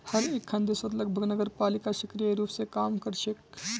हर एकखन देशत लगभग नगरपालिका सक्रिय रूप स काम कर छेक